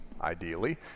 ideally